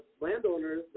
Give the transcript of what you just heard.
landowners